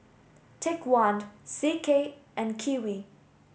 take one C K and Kiwi